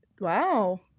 Wow